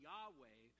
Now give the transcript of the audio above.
Yahweh